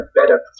better